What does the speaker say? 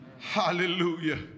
Hallelujah